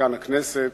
במשכן הכנסת.